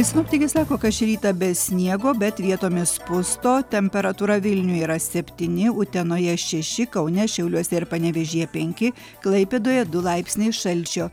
sinoptikai sako kad šį rytą be sniego bet vietomis pusto temperatūra vilniuj yra septyni utenoje šeši kaune šiauliuose ir panevėžyje penki klaipėdoje du laipsniai šalčio